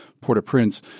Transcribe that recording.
Port-au-Prince